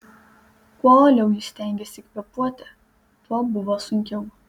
kuo uoliau ji stengėsi kvėpuoti tuo buvo sunkiau